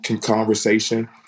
conversation